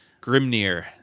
grimnir